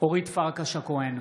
אורית פרקש הכהן,